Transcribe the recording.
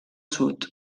sud